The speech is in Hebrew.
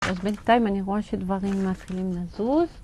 אז בינתיים אני רואה שדברים מתחילים לזוז.